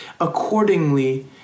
accordingly